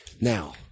Now